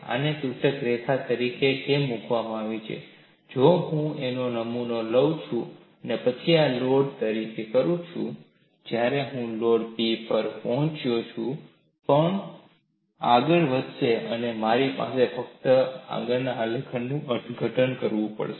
આને ત્રુટક રેખા તરીકે કેમ મૂકવામાં આવે છે જો હું એક નમુનો લઉં છું અને પછી આ લોડ P તરીકે કરું છું જ્યારે હું લોડ P પર પહોંચું છું ક્ષણ આગળ વધશે અને મારે ફક્ત આગલા આલેખથી અર્થઘટન કરવું પડશે